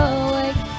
awake